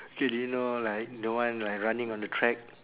K do you know like the one like running on the track